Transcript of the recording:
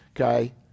Okay